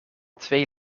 twee